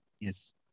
yes